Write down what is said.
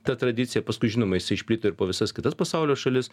ta tradicija paskui žinoma jisai išplito ir po visas kitas pasaulio šalis